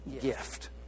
gift